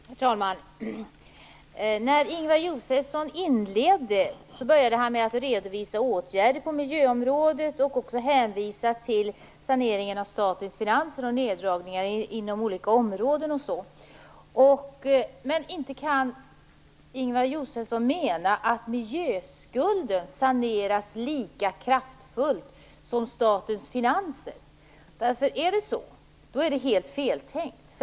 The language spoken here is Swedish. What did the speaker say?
Herr talman! När Ingemar Josefsson inledde började han med att redovisa åtgärder på miljöområdet. Han hänvisade också till saneringen av statens finanser och neddragningar inom olika områden. Men inte kan Ingemar Josefsson mena att miljöskulden saneras lika kraftfullt som statens finanser? Är det så, är det helt fel tänkt.